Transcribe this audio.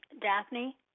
Daphne